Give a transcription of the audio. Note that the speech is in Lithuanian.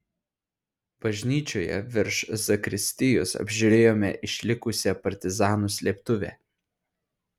bažnyčioje virš zakristijos apžiūrėjome išlikusią partizanų slėptuvę